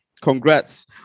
congrats